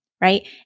right